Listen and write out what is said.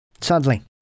Sadly